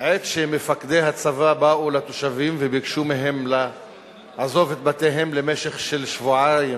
עת שמפקדי הצבא באו לתושבים וביקשו מהם לעזוב את בתיהם למשך שבועיים,